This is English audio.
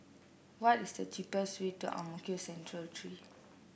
what is the cheapest way to Ang Mo Kio Central Three